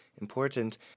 Important